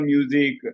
Music